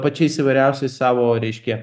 pačiais įvairiausiais savo reiškia